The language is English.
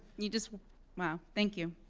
you just wow, thank you.